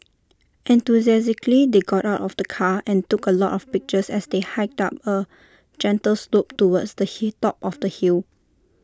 enthusiastically they got out of the car and took A lot of pictures as they hiked up A gentle slope towards the hit top of the hill